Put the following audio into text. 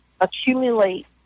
accumulate